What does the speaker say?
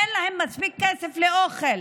אין להן מספיק כסף לאוכל.